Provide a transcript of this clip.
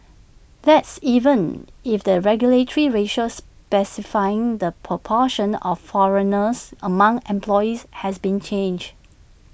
that's even if the regulatory ratio specifying the proportion of foreigners among employees has been changed